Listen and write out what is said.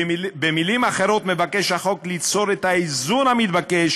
במילים אחרות, החוק מבקש ליצור את האיזון המתבקש